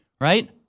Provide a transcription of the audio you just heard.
right